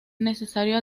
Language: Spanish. necesario